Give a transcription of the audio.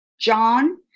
John